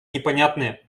непонятные